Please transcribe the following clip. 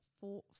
four